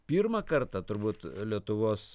pirmą kartą turbūt lietuvos